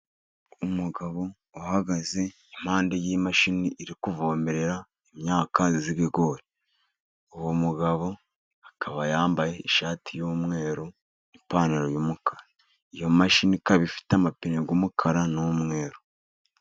Umugabo uhagaze impande y'imashini iri kuvomerera imyaka y'ibigori. Uwo mugabo akaba yambaye ishati y'umweru, n'ipantaro y'umukara. Iyo mashini ikaba ifite amapine y'umukara n'umweru.